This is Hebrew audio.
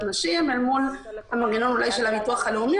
נשים אל מול המנגנון של הביטוח הלאומי.